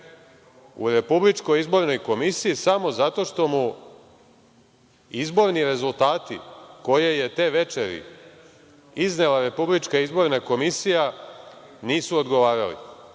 u Republičkoj izbornoj komisiji, samo zato što mu izborni rezultati koje je te večeri iznela Republička izborna komisija nisu odgovarali.